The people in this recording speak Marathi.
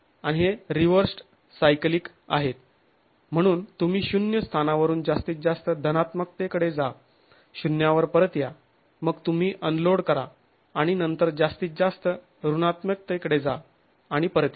आणि हे रिव्हर्स्ड् सायकलिक आहेत म्हणून तुम्ही शून्य स्थानावरून जास्तीत जास्त धनात्मकते कडे जा शुन्यावर परत या मग तुम्ही अनलोड करा आणि नंतर जास्तीत जास्त ऋणात्मकते कडे जा आणि परत या